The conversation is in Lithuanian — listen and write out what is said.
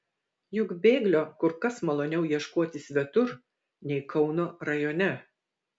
juk bėglio kur kas maloniau ieškoti svetur nei kauno rajone